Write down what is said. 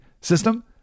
system